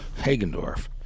Hagendorf